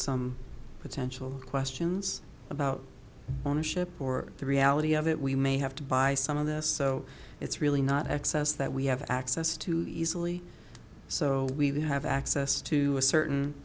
some potential questions about ownership or the reality of it we may have to buy some of this so it's really not access that we have access to the easily so we have access to a certain